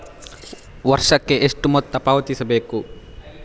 ವರ್ಷಕ್ಕೆ ಎಷ್ಟು ಮೊತ್ತ ಪಾವತಿಸಬೇಕು?